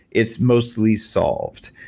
it's mostly solved.